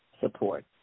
support